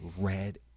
red